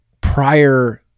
prior